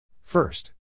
First